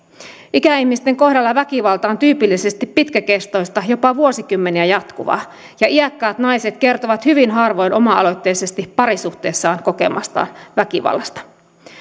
ikäihmisten kohdalla väkivalta on tyypillisesti pitkäkestoista jopa vuosikymmeniä jatkuvaa ja iäkkäät naiset kertovat hyvin harvoin oma aloitteisesti parisuhteessaan kokemastaan väkivallasta